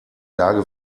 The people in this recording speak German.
lage